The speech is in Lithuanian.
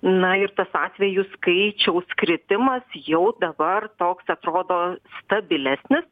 na ir tas atvejų skaičiaus kritimas jau dabar toks atrodo stabilesnis